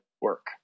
work